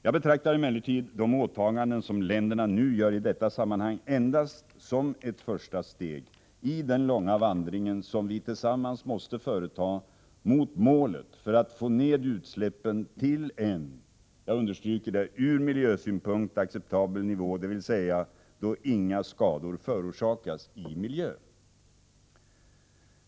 Jag betraktar emellertid de åtaganden som länderna nu gör i detta sammanhang endast som ett första steg i den långa vandring som vi tillsammans måste företa mot målet för att få ned utsläppen till en ur miljösynpunkt acceptabel nivå dvs. då inga skador förorsakas i miljön.